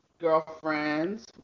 Girlfriends